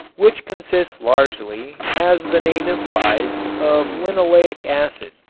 which consists largely, as the name implies, of linoleic acid,